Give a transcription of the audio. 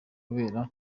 kubera